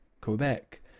Quebec